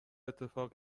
اتفاق